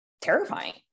terrifying